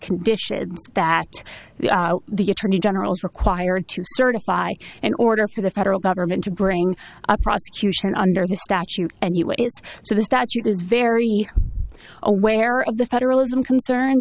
condition that the attorney general is required to certify in order for the federal government to bring a prosecution under the statute and what is so the statute is very aware of the federalism concerned